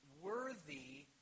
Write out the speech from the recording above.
worthy